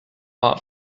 out